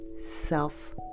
self